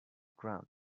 ground